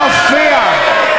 מכיוון שזה מופיע,